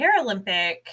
Paralympic